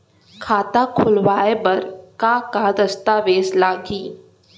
खाता खोलवाय बर का का दस्तावेज लागही?